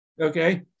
okay